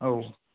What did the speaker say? औ